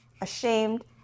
ashamed